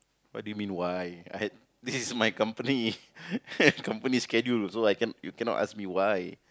what do you mean why I had this is my company company schedule also I can you cannot ask me why